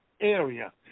area